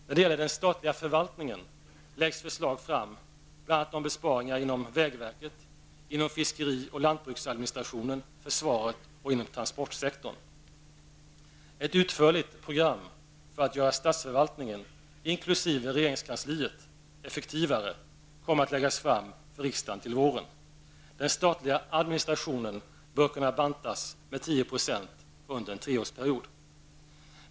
När det gäller den statliga förvaltningen läggs förslag fram om besparingar bl.a. inom vägverket, fiskeri och lantbruksadministrationen, försvaret och transportsektorn. Ett utförligt program för att göra statsförvaltningen, inkl. regeringskansliet, effektivare kommer att läggas fram för riksdagen till våren. Den statliga administrationen bör kunna bantas med 10 % under en treårsperiod.